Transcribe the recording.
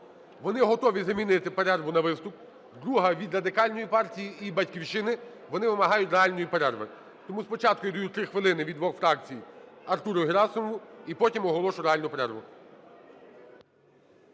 вони готові замінити перерву на виступ; друга – від Радикальної партії і "Батьківщини", вони вимагають реальної перерви. Тому спочатку я даю 3 хвилини від двох фракцій Артуру Герасимову, і потім оголошую реальну перерву.